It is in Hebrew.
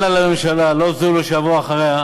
אל לה לממשלה, וגם לא זו שתבוא אחריה,